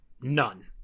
None